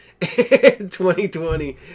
2020